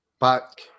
back